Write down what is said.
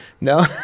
No